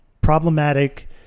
problematic